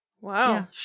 Wow